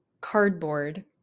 cardboard